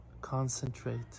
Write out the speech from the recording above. concentrate